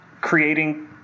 creating